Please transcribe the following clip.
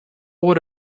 old